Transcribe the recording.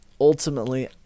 Ultimately